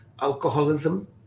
alcoholism